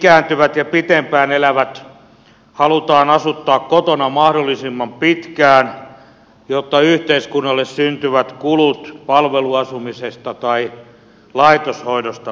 ikääntyvät ja pitempään elävät halutaan asuttaa kotona mahdollisimman pitkään jotta yhteiskunnalle syntyvät kulut palveluasumisesta tai laitoshoidosta vähenisivät